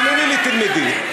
תאמיני לי, תלמדי.